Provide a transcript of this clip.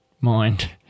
mind